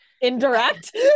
indirect